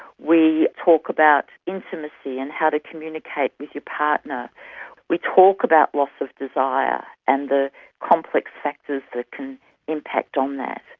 we talk about intimacy and how to communicate with your partner we talk about loss of desire and the conplex factors that can impact on that.